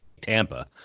Tampa